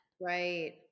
Right